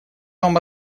вам